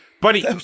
buddy